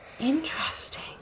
Interesting